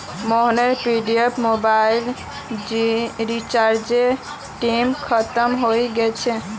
मोहनेर prepaid mobile रीचार्जेर टेम खत्म हय गेल छे